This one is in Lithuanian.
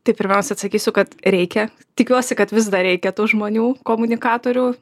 tai pirmiausia atsakysiu kad reikia tikiuosi kad vis dar reikia tų žmonių komunikatorių